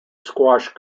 squash